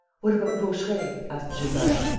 what about vaucheray? asked gilbert.